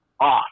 off